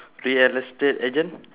real estate agent